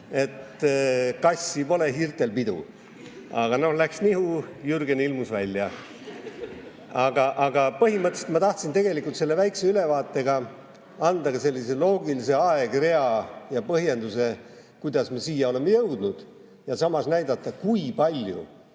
et kassi pole, hiirtel pidu. Aga läks nihu, Jürgen ilmus välja. (Naer saalis.) Aga põhimõtteliselt ma tahtsin selle väikese ülevaatega anda ka sellise loogilise aegrea ja põhjenduse, kuidas me siia oleme jõudnud, ja samas näidata, kui palju